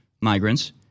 migrants